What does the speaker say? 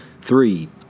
Three